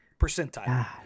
percentile